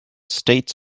state